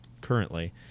currently